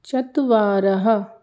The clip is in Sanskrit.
चत्वारः